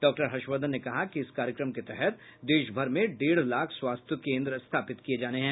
doctor Harshvardhan ने कहा कि इस कार्यक्रम के तहत देशभर में डेढ़ लाख स्वास्थ्य कोन्द्र स्थापित किये जाने हैं